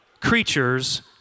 creatures